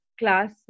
class